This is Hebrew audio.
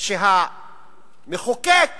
שהמחוקק